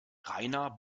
rainer